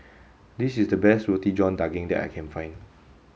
this is the best Roti John Daging that I can find